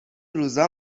روزا